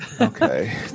okay